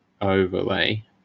overlay